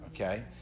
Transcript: okay